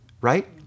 right